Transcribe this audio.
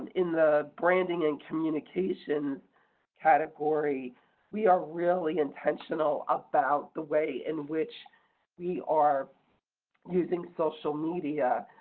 in the branding and communication category we are really intentional about the way in which we are using social media.